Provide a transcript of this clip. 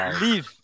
leave